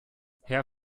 herr